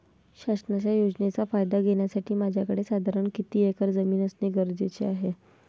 शासनाच्या योजनेचा फायदा घेण्यासाठी माझ्याकडे साधारण किती एकर जमीन असणे गरजेचे आहे?